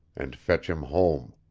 and fetch him home.